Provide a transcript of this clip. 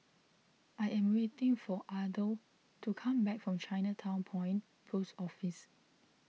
I am waiting for Othel to come back from Chinatown Point Post Office